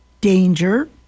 danger